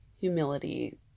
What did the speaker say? humility